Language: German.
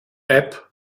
app